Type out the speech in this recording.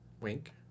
Wink